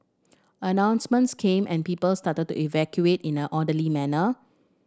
announcements came and people started to evacuate in an orderly manner